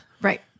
right